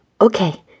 Okay